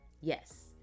Yes